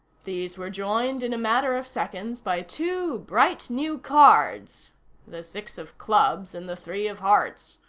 these were joined, in a matter of seconds, by two bright new cards the six of clubs and the three of hearts.